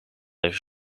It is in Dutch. even